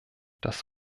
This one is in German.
das